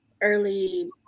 early